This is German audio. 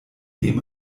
dem